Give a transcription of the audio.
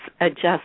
adjust